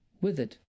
Withered